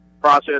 process